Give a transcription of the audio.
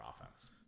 offense